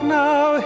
now